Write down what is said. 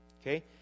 Okay